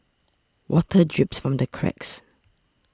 water drips from the cracks